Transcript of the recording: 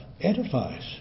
edifies